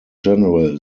general